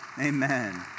Amen